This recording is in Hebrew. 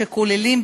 שכוללים,